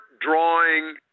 drawing